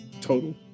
total